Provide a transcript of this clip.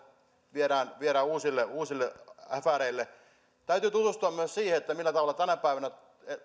viedään viedään uusille uusille afääreille täytyy tutustua myös siihen millä tavalla tänä päivänä